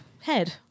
head